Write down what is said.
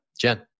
Jen